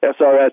SRS